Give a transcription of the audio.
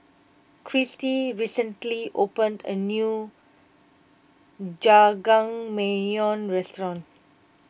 Cristy recently opened a new Jajangmyeon restaurant